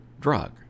drug